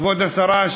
כבוד השרה,